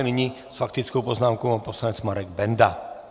Nyní s faktickou poznámkou pan poslanec Marek Benda.